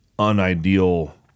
unideal